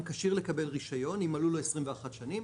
כשיר לקבל רישיון אם מלאו לו 21 שנים,